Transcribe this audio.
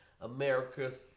America's